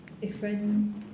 different